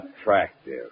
Attractive